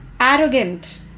Arrogant